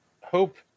hope